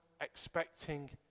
expecting